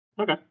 Okay